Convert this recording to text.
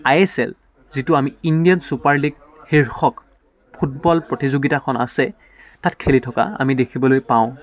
আই S L যিটো আমি Indian super league শীৰ্ষক ফুটবল প্ৰতিযোগিতাখন আছে তাত খেলি থকা আমি দেখিবলৈ পাওঁ